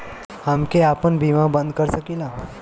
हमके आपन बीमा बन्द कर सकीला?